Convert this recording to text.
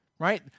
right